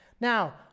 Now